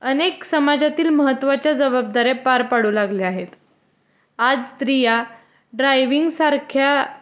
अनेक समाजातील महत्त्वाच्या जबाबदाऱ्या पार पाडू लागले आहेत आज स्त्रिया ड्रायविंगसारख्या